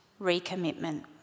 recommitment